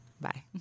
Bye